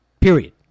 period